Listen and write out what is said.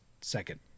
second